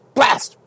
Blast